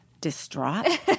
distraught